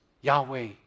Yahweh